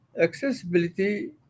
Accessibility